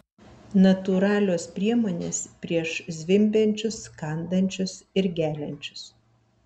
natūralios priemonės prieš zvimbiančius kandančius ir geliančius